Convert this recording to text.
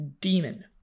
demon